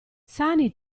sani